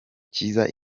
cyiza